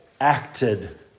acted